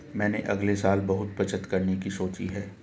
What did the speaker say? मैंने अगले साल बहुत बचत करने की सोची है